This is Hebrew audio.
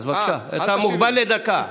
אתה מוגבל לדקה.